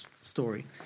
story